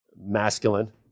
masculine